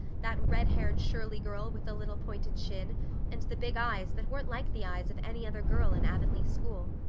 that red-haired shirley girl with the little pointed chin and the big eyes that weren't like the eyes of any other girl in avonlea school.